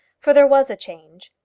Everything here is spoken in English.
for there was a change,